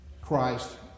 Christ